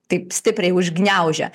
taip stipriai užgniaužia